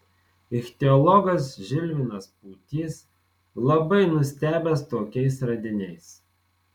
ichtiologas žilvinas pūtys labai nustebęs tokiais radiniais